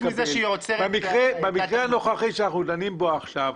במקרה הנוכחי שאנחנו דנים בו עכשיו,